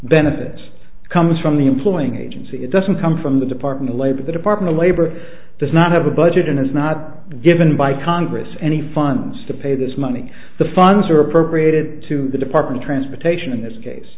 benefit comes from the employing agency it doesn't come from the department of labor the department of labor does not have a budget and is not given by congress any funds to pay this money the funds are appropriated to the department of transportation in this case